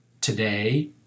Today